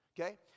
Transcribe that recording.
okay